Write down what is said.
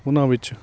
ਉਹਨਾਂ ਵਿੱਚ